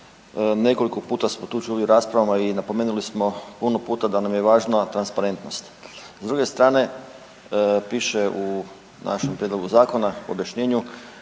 Nekoliko puta smo tu čuli u raspravama i napomenuli smo puno puta da nam je važna transparentnost, s druge strane piše u našem prijedlogu zakona u objašnjenju